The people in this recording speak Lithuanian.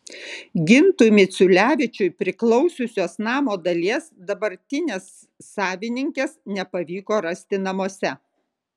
gintui miciulevičiui priklausiusios namo dalies dabartinės savininkės nepavyko rasti namuose